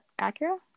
Acura